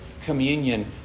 communion